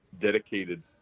dedicated